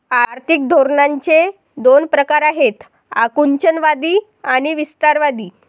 आर्थिक धोरणांचे दोन प्रकार आहेत आकुंचनवादी आणि विस्तारवादी